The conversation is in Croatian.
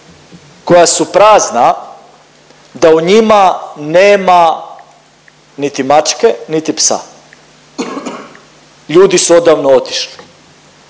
koja su prazna da u njima nema niti mačke, niti psa, ljudi su odavno otišli.